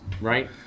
right